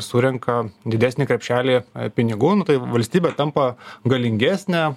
surenka didesnį krepšelį pinigų nu tai valstybė tampa galingesnė